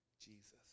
Jesus